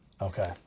Okay